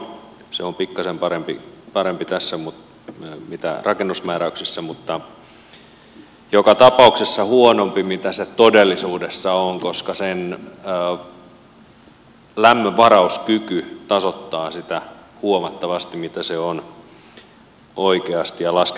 se on pikkaisen parempi tässä kuin rakennusmääräyksissä mutta joka tapauksessa huonompi kuin se todellisuudessa on koska sen lämmönvarauskyky tasoittaa sitä huomattavasti mitä se on oikeasti ja laskennallisesti